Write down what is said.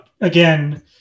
again